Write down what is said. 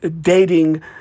dating